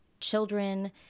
children